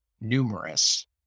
numerous